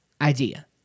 idea